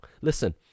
Listen